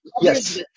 Yes